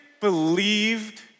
believed